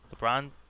LeBron